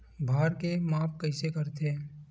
भार के माप कइसे करथे?